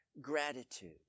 gratitude